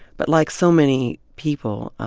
but like so many people,